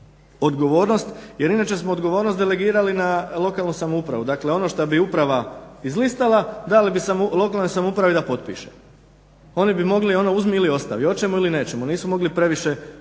odgovornost jer inače smo odgovornost delegirali na lokalnu samoupravu. Dakle, ono što bi uprava izlistala dali bi lokalnoj samoupravi da potpiše. Oni bi mogli ono uzmi ili ostavi, hoćemo ili nećemo. Nisu mogli previše mijenjati.